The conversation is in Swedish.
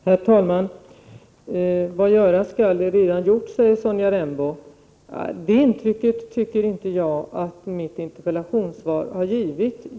Herr talman! Vad göras skall är redan gjort, säger Sonja Rembo. Det intrycket tycker inte jag att mitt interpellationssvar har givit.